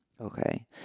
okay